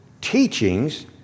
teachings